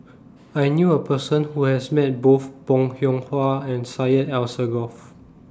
I knew A Person Who has Met Both Bong Hiong Hwa and Syed Alsagoff